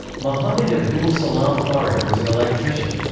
mohammed abdul-salam farag was an electrician.